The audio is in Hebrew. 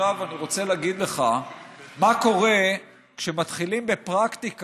עכשיו אני רוצה להגיד לך מה קורה כשמתחילים בפרקטיקה